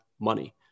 money